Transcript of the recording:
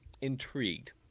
intrigued